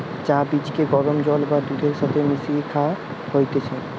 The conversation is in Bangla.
চা বীজকে গরম জল বা দুধের সাথে মিশিয়ে খায়া হতিছে